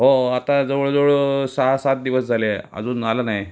हो आता जवळ जवळ सहा सात दिवस झाले अजून आला नाही